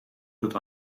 tot